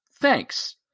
Thanks